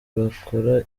bakora